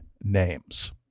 names